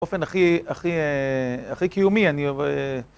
באופן הכי קיומי, אני א...